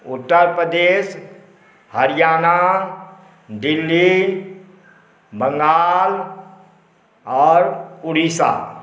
उत्तर प्रदेश हरीयाणा दिल्ली बंगाल आओर उड़ीशा